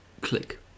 Click